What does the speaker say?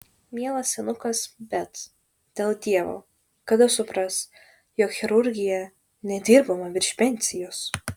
mielas senukas bet dėl dievo kada supras jog chirurgijoje nedirbama virš pensijos